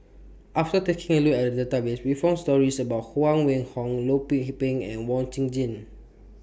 after taking A Look At The Database We found stories about Huang Wenhong Loh Lik Peng and Wee Chong Jin